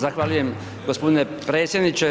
Zahvaljujem gospodine predsjedniče.